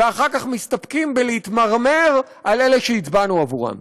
ואחר כך מסתפקים בלהתמרמר על אלה שהצבענו עבורם.